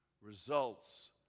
results